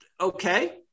okay